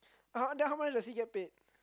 uh then how much does he get paid